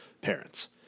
parents